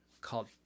called